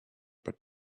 but